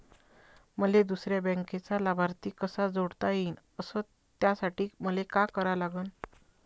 मले दुसऱ्या बँकेचा लाभार्थी कसा जोडता येईन, अस त्यासाठी मले का करा लागन?